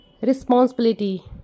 Responsibility